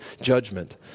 judgment